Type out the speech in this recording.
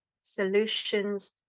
solutions